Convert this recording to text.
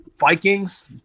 Vikings